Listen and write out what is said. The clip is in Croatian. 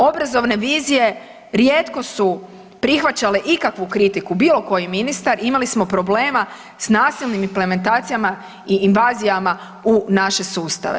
Obrazovne vizije rijetko su prihvaćale ikakvu kritiku, bilokoji ministar, imali smo problema s nasilnim implementacijama i invazijama u naše sustave.